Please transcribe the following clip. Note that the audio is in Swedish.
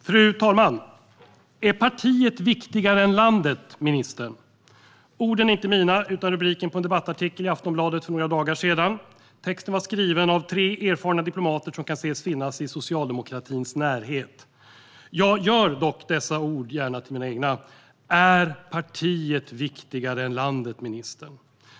Fru talman! "Är partiet viktigare än landet, ministern?" Orden är inte mina utan är rubriken på en debattartikel i Aftonbladet för några dagar sedan. Texten var skriven av tre erfarna diplomater som kan ses finnas i socialdemokratins närhet. Jag gör dock gärna dessa ord till mina: Är partiet viktigare än landet, ministern?